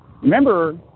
Remember